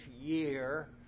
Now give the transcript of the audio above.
year